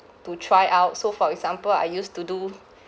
to try out so for example I used to do